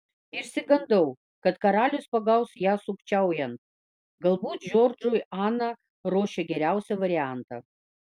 išsigandau kad karalius pagaus ją sukčiaujant galbūt džordžui ana ruošė geriausią variantą